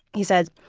he says,